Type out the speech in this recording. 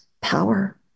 power